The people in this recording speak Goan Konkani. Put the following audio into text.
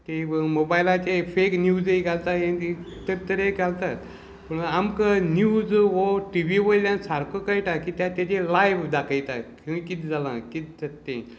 ती मोबायलाचेर फेक न्यूजय घालताय ते तरतरे घालतात पूण आमकां न्यूज वो टि व्ही वयल्यान सारको कळटा कित्याक तेजेर लायव्ह दाखयता खंय किद जालां कित जाता तें